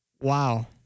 Wow